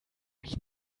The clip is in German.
mich